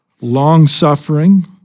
long-suffering